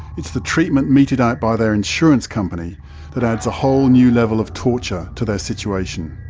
it's the treatment meted out by their insurance company that adds a whole new level of torture to their situation.